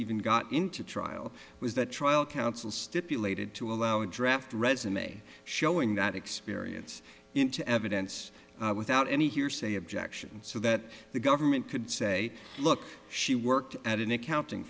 even got into trial was that trial counsel stipulated to allow a draft resume showing that experience into evidence without any hearsay objection so that the government could say look she worked at an accounting